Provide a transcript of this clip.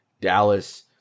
Dallas